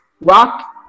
rock